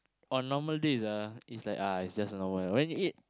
on normal days ah it's like ah it's just a normal when you eat